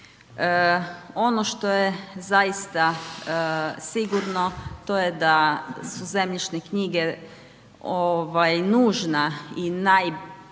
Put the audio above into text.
Ono što je zaista sigurno to je da su zemljišne knjige nužna i najpotrebnija